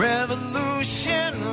Revolution